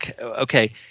okay